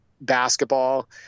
basketball